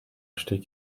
achetés